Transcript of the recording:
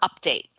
update